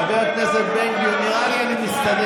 חבר הכנסת בן גביר, נראה לי שאני מסתדר.